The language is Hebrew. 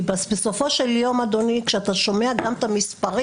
כי בסופו של יום, אדוני, כשאתה שומע את המספרים